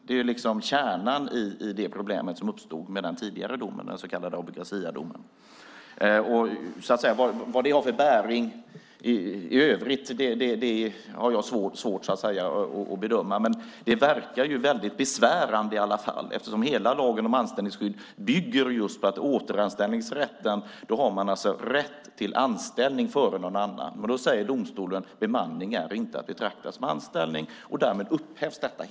Det är kärnan i problemet som uppstod i den tidigare domen, den så kallade Abu Garcia-domen. Vad det har för bäring i övrigt har jag svårt att bedöma. Det verkar besvärande eftersom lagen om anställningsskydd bygger på återanställningsrätten. Man har alltså rätt till anställning före någon annan. Domstolen säger att bemanning inte är att betrakta som anställning och därmed upphävs detta.